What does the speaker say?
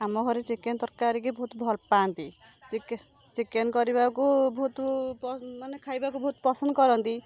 ଆମ ଘରେ ଚିକେନ ତରକାରୀ କି ବହୁତ ଭଲ ପାଆନ୍ତି ଚିକେନ ଚିକେନ କରିବାକୁ ବହୁତ ପ ମାନେ ଖାଇବାକୁ ବହୁତ ପସନ୍ଦ କରନ୍ତି